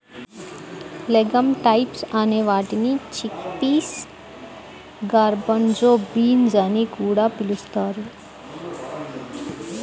legumes types అనే వాటిని chickpeas, garbanzo beans అని కూడా పిలుస్తారు